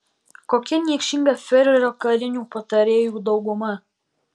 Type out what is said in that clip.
kokia niekšinga fiurerio karinių patarėjų dauguma